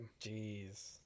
Jeez